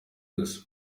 gusa